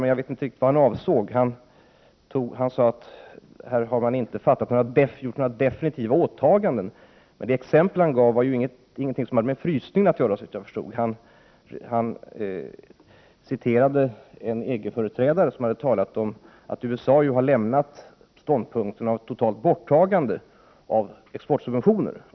Jag vet ändå inte riktigt vad han avsåg. Han sade att här inte har gjorts några definitiva åtaganden, men det exempel han gav hade ju ingenting med frysningen att göra, såvitt jag förstod. Han citerade en EG-företrädare, som hade talat om att USA ju har lämnat ståndpunkten om ett totalt borttagande av exportsubventioner.